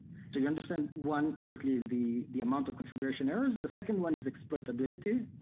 do you understand? one obviously is the the amount of configuration errors. the second one is exploitability,